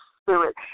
spirit